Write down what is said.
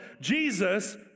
Jesus